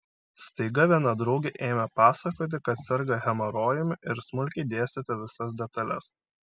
staiga viena draugė ėmė pasakoti kad serga hemorojumi ir smulkiai dėstyti visas detales